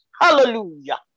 Hallelujah